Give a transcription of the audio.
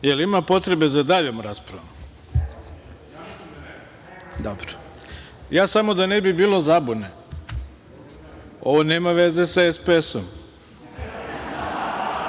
Jel ima potrebe za daljom raspravom? Dobro. Samo da ne bi bilo zabune, ovo nema veze sa SPS-om. Vaš